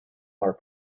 are